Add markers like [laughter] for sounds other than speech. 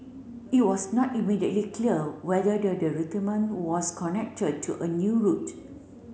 it was not immediately clear whether the [unintelligible] was connected to a new route